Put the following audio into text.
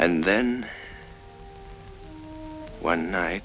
and then one